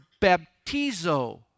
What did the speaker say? baptizo